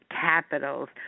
capitals